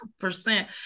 percent